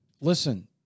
listen